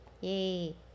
Yay